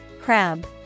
Crab